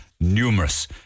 numerous